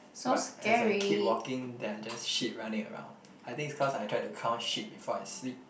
but as I keep walking there are just sheep running around I think it's cause I tried to count sheep before I sleep